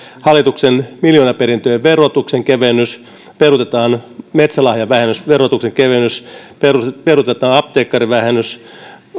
hallituksen miljoonaperintöjen verotuksen kevennys peruutetaan metsälahjavähennysverotuksen kevennys peruutetaan peruutetaan apteekkarivähennys